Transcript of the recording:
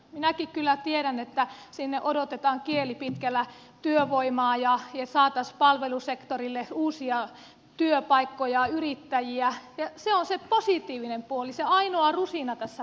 minäkin kyllä tiedän että sinne odotetaan kieli pitkällä työvoimaa ja saataisiin palvelusektorille uusia työpaikkoja yrittäjiä ja se on se positiivinen puoli se ainoa rusina tässä pullassa